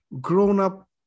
grown-up